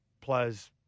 players